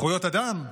זכויות אדם?